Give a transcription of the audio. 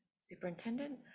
Superintendent